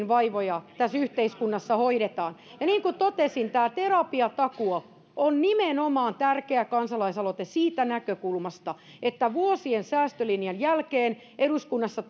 vaivoja tässä yhteiskunnassa hoidetaan ja niin kuin totesin tämä terapiatakuu on tärkeä kansalaisaloite nimenomaan siitä näkökulmasta että vuosien säästölinjan jälkeen eduskunnassa